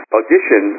audition